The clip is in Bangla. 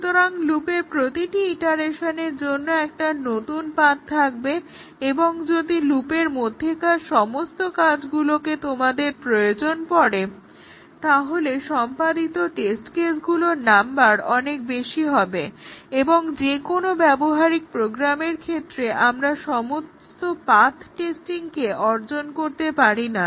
সুতরাং লুপের প্রতিটি ইটেরেশনের জন্য একটা করে নতুন পাথ্ থাকবে এবং যদি লুপের মধ্যেকার সমস্ত কাজগুলোকে তোমাদের প্রয়োজন পড়ে তাহলে সম্পাদিত টেস্ট কেসগুলোর নাম্বার অনেক বেশি হবে এবং যেকোনো ব্যবহারিক প্রোগ্রামের ক্ষেত্রে আমরা সমস্ত পাথ টেস্টিংকে অর্জন করতে পারিনা